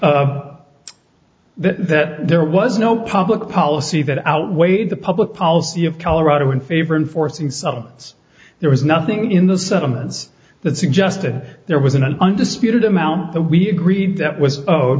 that there was no public policy that outweighed the public policy of colorado in favor enforcing subs there was nothing in the settlement that suggested there was an undisputed amount that we agreed that was o